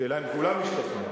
השאלה אם כולם השתכנעו.